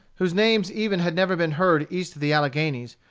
whose names even had never been heard east of the alleghanies,